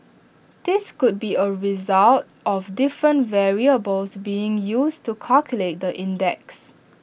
this could be A result of different variables being used to calculate the index